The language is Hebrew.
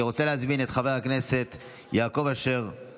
אני רוצה להזמין את חבר הכנסת יעקב אשר,